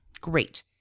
Great